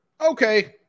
Okay